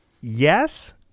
yes